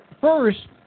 first